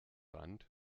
wand